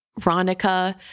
ronica